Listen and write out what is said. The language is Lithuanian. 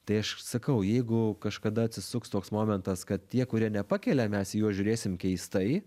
tai aš sakau jeigu kažkada atsisuks toks momentas kad tie kurie nepakelia mes į juos žiūrėsim keistai